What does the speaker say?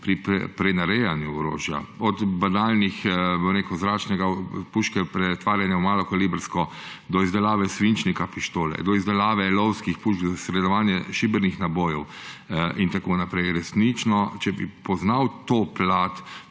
pri prenarejanju orožja, od banalnih, bom rekel, pretvarjanja zračne puške v malokalibrsko, do izdelave svinčnika pištole, do izdelave lovskih pušk za izstreljevanje šibernih nabojev in tako naprej. Resnično, če bi poznal to plat,